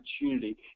opportunity